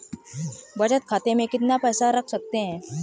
बचत खाते में कितना पैसा रख सकते हैं?